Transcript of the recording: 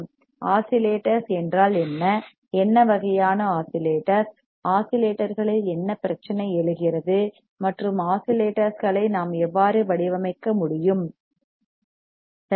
oscillators என்றால் என்ன என்ன வகையான ஆசல்லேட்டர்ஸ் ஆசல்லேட்டர்ஸ்களில் என்ன பிரச்சினை எழுகிறது மற்றும் ஆசல்லேட்டர்ஸ்களை நாம் எவ்வாறு வடிவமைக்க முடியும் சரியா